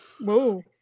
Whoa